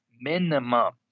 minimum